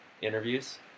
interviews